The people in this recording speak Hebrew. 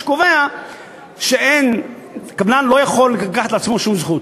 שקובע שקבלן לא יכול לקחת לעצמו שום זכות.